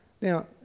Now